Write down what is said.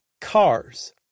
Cars